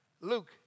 Luke